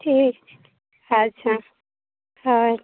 ᱴᱷᱤᱠ ᱟᱪᱪᱷᱟ ᱦᱳᱭ